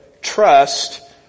trust